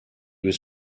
was